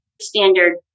standard